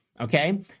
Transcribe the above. Okay